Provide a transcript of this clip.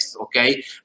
okay